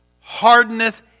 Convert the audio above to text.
hardeneth